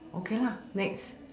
okay lah next